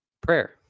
Prayer